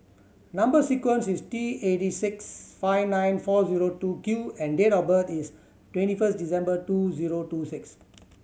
number sequence is T eighty six five nine four zero two Q and date of birth is twenty first December two zero two six